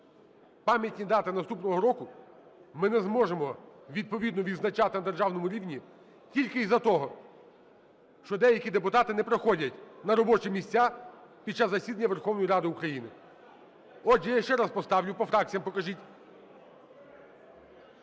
пам'ятні дати наступного року, ми не зможемо відповідно відзначати на державному рівні тільки із-за того, що деякі депутати не проходять на робочі місця під час засідання Верховної Ради України. Отже, я ще раз поставлю. По фракціям покажіть.